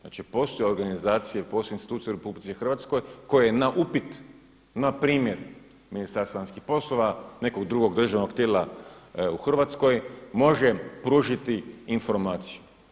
Znači, postoje organizacije, postoje institucije u Republici Hrvatskoj koje na upit, npr. Ministarstva vanjskih poslova nekog drugog državnog tijela u Hrvatskoj može pružiti informaciju.